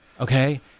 Okay